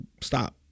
stop